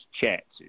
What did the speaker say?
chances